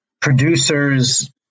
producers